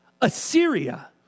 Assyria